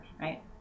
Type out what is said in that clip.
right